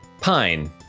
Pine